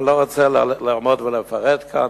אני לא רוצה לעמוד ולפרט כאן,